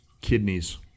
kidneys